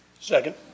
Second